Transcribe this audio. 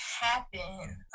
happen